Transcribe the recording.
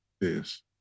Yes